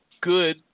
good